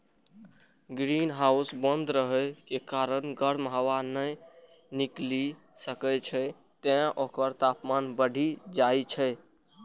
greenhouse बंद रहै के कारण गर्म हवा नै निकलि सकै छै, तें ओकर तापमान बढ़ि जाइ छै